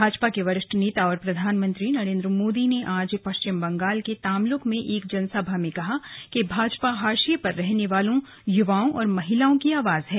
भाजपा के वरिष्ठ नेता और प्रधानमंत्री नरेन्द्र मोदी ने आज पश्चिम बंगाल के तामलुक में एक जनसभा में कहा कि भाजपा हाशिये पर रहने वालों युवाओं और महिलाओं की आवाज है